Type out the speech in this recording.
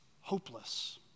hopeless